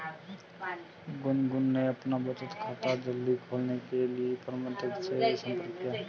गुनगुन ने अपना बचत खाता जल्दी खोलने के लिए प्रबंधक से संपर्क किया